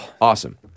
awesome